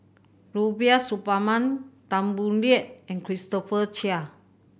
Rubiah Suparman Tan Boo Liat and Christopher Chia